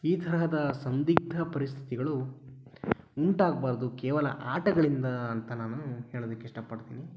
ಈ ತರಹದ ಸಂದಿಗ್ಧ ಪರಿಸ್ಥಿತಿಗಳು ಉಂಟಾಗಬಾರ್ದು ಕೇವಲ ಆಟಗಳಿಂದ ಅಂತ ನಾನು ಹೇಳೋದಿಕ್ಕೆ ಇಷ್ಟಪಡ್ತೀನಿ